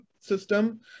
system